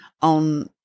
on